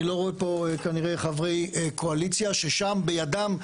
אני לא רואה פה כנראה חברי קואליציה ששם בידם,